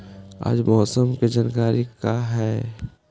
आज मौसम के जानकारी का हई?